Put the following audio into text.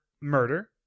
Murder